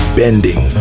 bending